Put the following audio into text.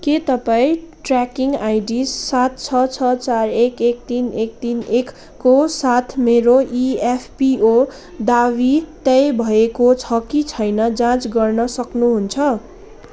के तपाईँँ tracking ID सात छ छ चार एक एक तिन एक तिन एकको साथ मेरो इएफपिओ दावी तय भएको छ कि छैन जाँच गर्न सक्नुहुन्छ